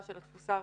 שנתי של התפוסה